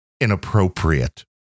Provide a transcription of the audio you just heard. inappropriate